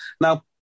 Now